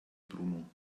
bruno